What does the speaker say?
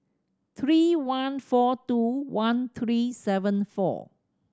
three one four two one three seven four